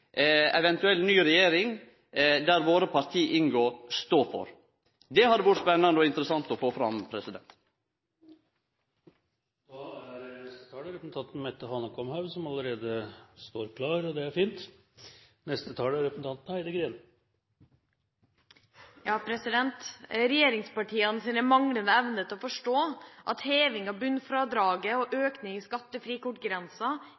eventuell ny regjering, der dei partia inngår, stå for? Det hadde vore spennande og interessant å få fram. Regjeringspartienes manglende evne til å forstå at heving av bunnfradraget og